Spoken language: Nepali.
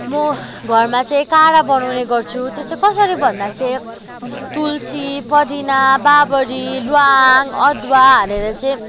म घरमा चाहिँ काढा बनाउने गर्छु त्यो चाहिँ कसरी भन्दा चाहिँ तुलसी पुदिना बाबरी ल्वाङ अदुवा हालेर चाहिँ